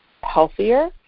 healthier